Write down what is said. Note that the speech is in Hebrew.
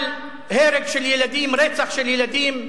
אבל הרג של ילדים, רצח של ילדים,